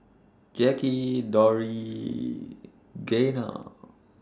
Jacky Dori Gaynell